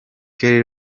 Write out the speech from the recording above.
kelly